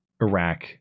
Iraq